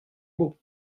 beaux